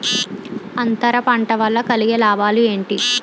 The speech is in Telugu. అంతర పంట వల్ల కలిగే లాభాలు ఏంటి